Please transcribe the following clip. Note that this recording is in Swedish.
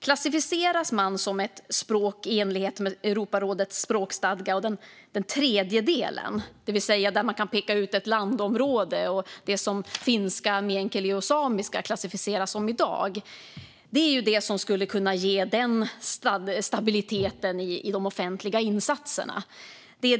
Klassificeras något som ett språk i enlighet med Europarådets språkstadga och man kan peka ut ett landområde, som det är för finskan, meänkieli och samiskan i dag, ger det stabilitet i offentliga insatser.